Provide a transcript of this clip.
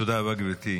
תודה רבה, גברתי.